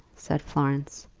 said florence.